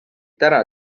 täna